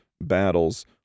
battles